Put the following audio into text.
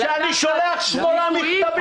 כשאני שולח שמונה מכתבים והוא לא עונה לי.